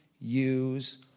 use